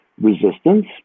resistance